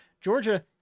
Georgia